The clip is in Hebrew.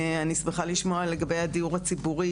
אני שמחה לשמוע לגבי הדיור הציבורי,